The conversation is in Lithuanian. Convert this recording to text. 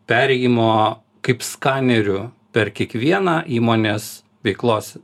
perėjimo kaip skaneriu per kiekvieną įmonės veiklos